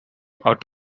out